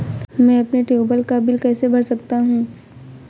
मैं अपने ट्यूबवेल का बिल कैसे भर सकता हूँ?